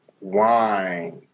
wine